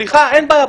אין בעיה.